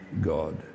God